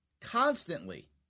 constantly